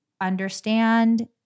understand